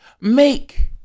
make